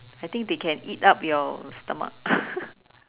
I think they can eat up your stomach